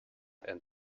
and